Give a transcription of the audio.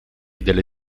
delle